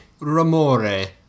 Ramore